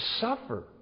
suffer